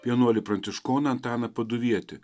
vienuolį pranciškoną antaną paduvietį